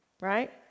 right